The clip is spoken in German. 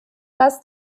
das